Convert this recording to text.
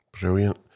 Brilliant